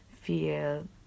feel